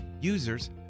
Users